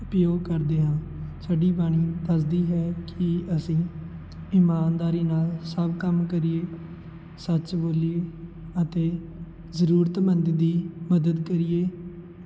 ਉਪਯੋਗ ਕਰਦੇ ਹਾਂ ਸਾਡੀ ਬਾਣੀ ਦੱਸਦੀ ਹੈ ਕਿ ਅਸੀਂ ਇਮਾਨਦਾਰੀ ਨਾਲ ਸਭ ਕੰਮ ਕਰੀਏ ਸੱਚ ਬੋਲੀਏ ਅਤੇ ਜ਼ਰੂਰਤਮੰਦ ਦੀ ਮਦਦ ਕਰੀਏ